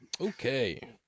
Okay